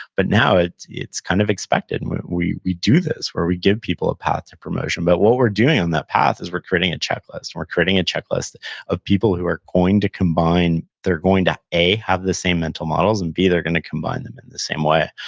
but now it's it's kind of expected and we do this where we give people a path to promotion, but what we're doing on that path is we're creating a checklist and we're creating a checklist of people who are going to combine, they're going to, a, have the same mental models, and, b, they're going to combine them and the same way.